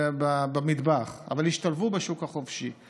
במטבח, אבל השתלבו בשוק החופשי.